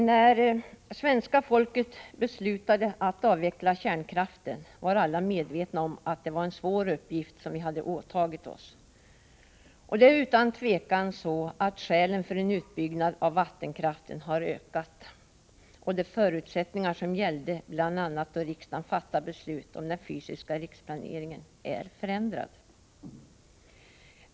Herr talman! När svenska folket beslutade att avveckla kärnkraften var alla medvetna om att det var en svår uppgift som vi hade åtagit oss. Det är utan tvivel så att skälen för en utbyggnad av vattenkraften har blivit flera och att de förutsättningar som gällde, bl.a. då riksdagen fattade beslut om den fysiska riksplaneringen, har förändrats.